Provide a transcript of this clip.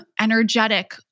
energetic